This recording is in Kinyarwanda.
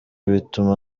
bituma